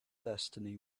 destiny